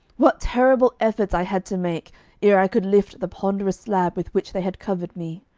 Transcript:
what terrible efforts i had to make ere i could lift the ponderous slab with which they had covered me!